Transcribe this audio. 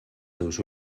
seus